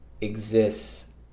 exists